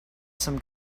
some